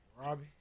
Robbie